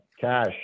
cash